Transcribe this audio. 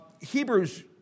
Hebrews